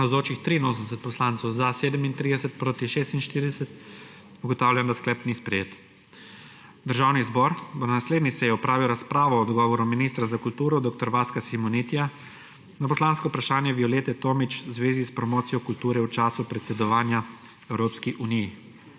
46. (Za je glasovalo 37.) (Proti 46.) Ugotavljam, da sklep ni sprejet. Državni zbor bo na naslednji seji opravil razpravo o odgovoru ministra za kulturo dr. Vaska Simonitija na poslansko vprašanje Violete Tomić v zvezi s promocijo kulture v času predsedovanja Evropski uniji.